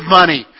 money